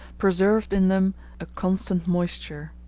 preserved in them a constant moisture.